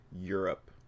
Europe